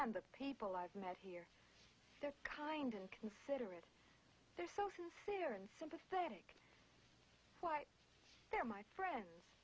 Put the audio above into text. and the people i've met here they're kind and considerate they're so sincere and sympathetic whites they're my friends